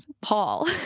Paul